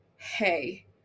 hey